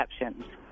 exceptions